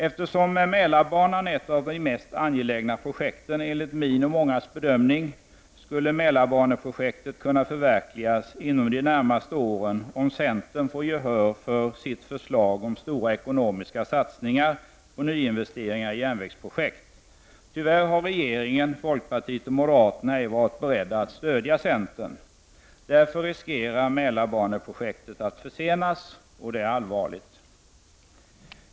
Eftersom Mälarbanan är ett av de mest angelägna projekten enligt min och mångas bedömning, skulle Mälarbaneprojektet kunna förverkligas inom de närmaste åren om centern får gehör för sitt förslag om stora ekonomiska satsningar på nyinvesteringar i järnvägsprojekt. Tyvärr har regeringen, folkpartiet och moderaterna ej varit beredda att stödja centern. Därför riskerar Mälarbaneprojektet att försenas, och det är allvarligt.